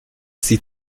sie